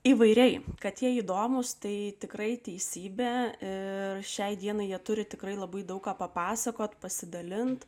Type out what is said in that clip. įvairiai kad jie įdomūs tai tikrai teisybė ir šiai dienai jie turi tikrai labai daug ką papasakoti pasidalinti